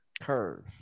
Curve